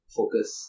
focus